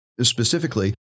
specifically